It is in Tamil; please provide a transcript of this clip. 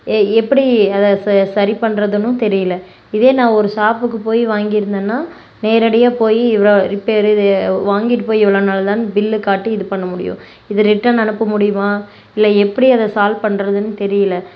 எ எப்படி அதை ச சரி பண்ணுறதுனும் தெரியல இதே நான் ஒரு ஷாப்புக்கு போய் வாங்கிருந்தேன்னா நேரடியாக போய் இவ ரிப்பேரு இதைய வாங்கிகிட்டு போய் இவ்வளோ நாள் தான் பில்லு காட்டி இது பண்ண முடியும் இதை ரிட்டர்ன் அனுப்ப முடியுமா இல்லை எப்படி அதை சால்வ் பண்ணுறதுன் தெரியல